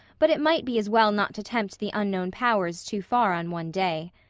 but it might be as well not to tempt the unknown powers too far on one day.